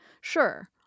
Sure